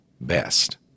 best